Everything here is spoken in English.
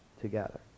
together